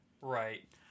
Right